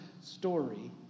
story